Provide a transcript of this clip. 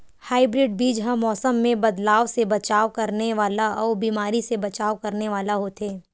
hybrid बीज हा मौसम मे बदलाव से बचाव करने वाला अउ बीमारी से बचाव करने वाला होथे